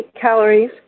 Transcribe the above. calories